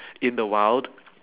in the wild